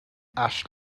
ash